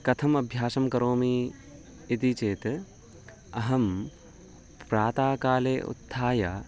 कथम् अभ्यासं करोमि इति चेत् अहं प्रातःकाले उत्थाय